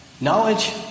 Knowledge